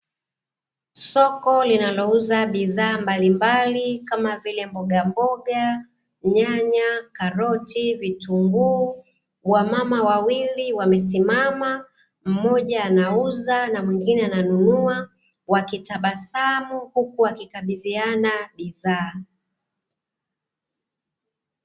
Soko linalouza bidhaa mbalimbali, kama vile: mboga mboga, nyanya, karoti, vitunguu wamama wawili wamesimama, mmoja anauza na mwingine ananunua wakitabasamu, huku wakikabidhiana bidhaa.